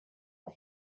are